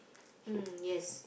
mm yes